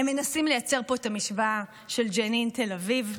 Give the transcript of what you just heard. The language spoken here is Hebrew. הם מנסים לייצר פה את המשוואה של ג'נין ותל אביב,